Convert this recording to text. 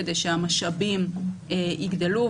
כדי שהמשאבים יגדלו,